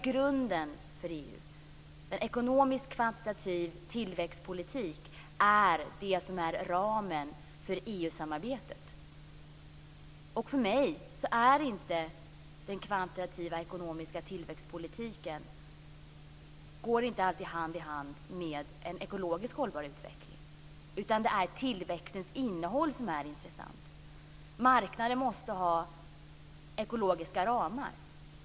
En kvantitativ ekonomisk tillväxtpolitik är ramen för EU-samarbetet. För mig går inte den kvantitativa ekonomiska tillväxtpolitiken alltid hand i hand med en ekologiskt hållbar utveckling. Det är tillväxtens innehåll som är intressant. Marknaden måste ha ekologiska ramar.